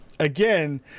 Again